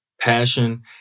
passion